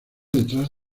detrás